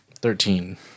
thirteen